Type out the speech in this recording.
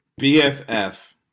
BFF